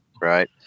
Right